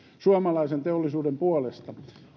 suomalaisen teollisuuden puolesta